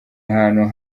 ahantu